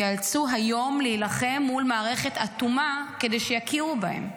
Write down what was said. ייאלצו היום להילחם מול מערכת אטומה כדי שיכירו בהם.